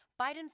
Biden